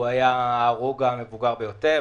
הוא היה ההרוג המבוגר ביותר,